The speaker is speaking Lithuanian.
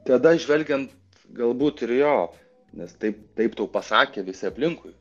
tada žvelgiant galbūt ir jo nes taip taip tau pasakė visi aplinkui